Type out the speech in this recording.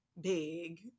big